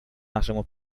нашему